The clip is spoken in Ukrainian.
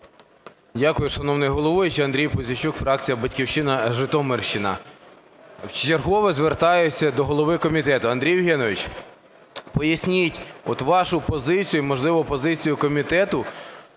Дякую, шановний головуючий, Андрій Пузійчук, фракція "Батьківщина", Житомирщина. Вчергове звертаюся до голови комітету. Андрій Євгенович, поясніть от вашу позицію, і, можливо, позицію комітету,